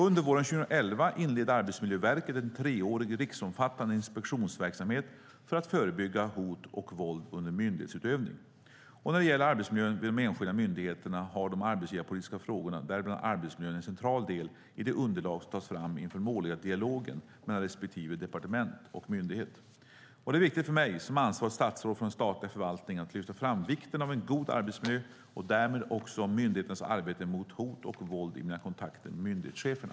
Under våren 2011 inledde Arbetsmiljöverket en treårig riksomfattande inspektionsverksamhet för att förebygga hot och våld under myndighetsutövning. När det gäller arbetsmiljön vid de enskilda myndigheterna har de arbetsgivarpolitiska frågorna, däribland arbetsmiljön, en central del i de underlag som tas fram inför den årliga dialogen mellan respektive departement och myndighet. Det är viktigt för mig som ansvarigt statsråd för den statliga förvaltningen att lyfta fram vikten av en god arbetsmiljö och därmed också myndigheternas arbete mot hot och våld i mina kontakter med myndighetscheferna.